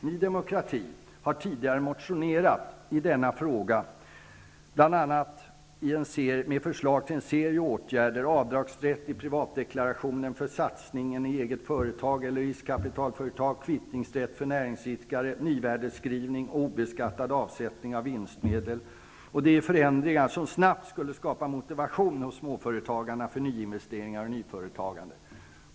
Ny demokrati har tidigare motionerat i denna fråga, bl.a. med förslag till en serie åtgärder: avdragsrätt i privatdeklarationen för satsning i eget företag eller i riskkapitalföretag, kvittningsrätt för näringsidkare, nyvärdesavskrivning och obeskattad avsättning av vinstmedel. Det är förändringar som snabbt skulle skapa motivation hos småföretagarna för nyinvesteringar och nyföretagande.